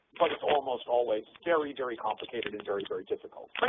like it's almost always very, very complicated and very, very difficult.